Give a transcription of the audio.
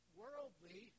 worldly